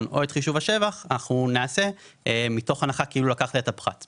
או את חישוב השבח אנחנו נעשה מתוך הנחה כאילו לקחת את הפחת,